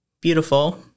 beautiful